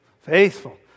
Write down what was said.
Faithful